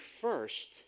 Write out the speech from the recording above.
first